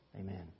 Amen